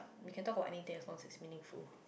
we can talk about anything as long as it's meaningful